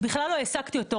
"בכלל לא העסקתי אותו,